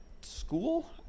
school